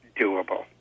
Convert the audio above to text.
doable